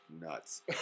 nuts